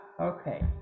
Okay